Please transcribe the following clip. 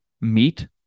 meat